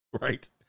Right